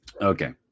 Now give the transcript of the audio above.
okay